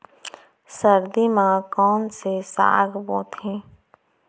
सर्दी मा कोन से साग बोथे?